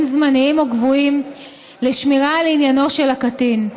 זמניים או קבועים לשמירה על עניינו של הקטין.